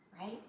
right